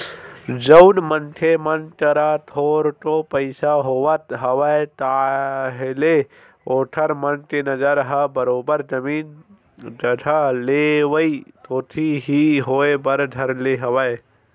जउन मनखे मन करा थोरको पइसा होवत हवय ताहले ओखर मन के नजर ह बरोबर जमीन जघा लेवई कोती ही होय बर धर ले हवय